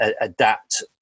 adapt